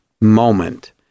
moment